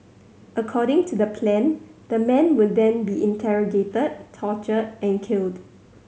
according to the plan the man would then be interrogated tortured and killed